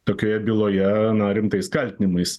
tokioje byloje na rimtais kaltinimais